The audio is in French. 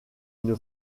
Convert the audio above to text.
une